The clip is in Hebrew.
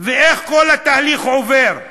ואיך כל התהליך עובר.